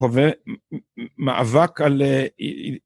חווה מאבק על אה..